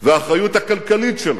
והאחריות הכלכלית שלה.